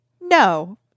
no